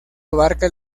abarca